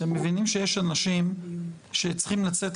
אתם מבינים שיש אנשים שצריכים לצאת,